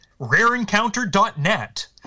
rareencounter.net